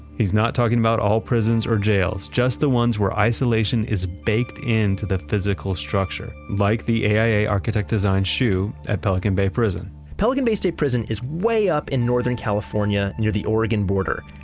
he's not talking about all prisons or jails, just the ones where isolation is baked into the physical structure like the aia architect design shu at pelican bay prison pelican bay state prison is way up in northern california near the oregon border,